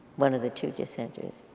one of the two dissenters.